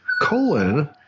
colon